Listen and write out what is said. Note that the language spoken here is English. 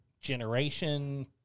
generation